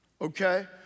okay